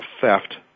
theft